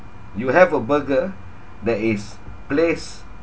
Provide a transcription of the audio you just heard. you have a burger that is placed